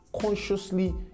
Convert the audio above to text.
consciously